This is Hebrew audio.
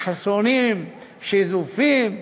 חסונים, שזופים,